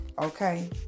Okay